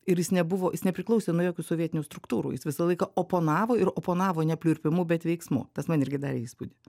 ir jis nebuvo jis nepriklausė nuo jokių sovietinių struktūrų jis visą laiką oponavo ir oponavo ne pliurpimu bet veiksmu tas man irgi darė įspūdį